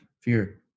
fear